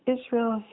Israel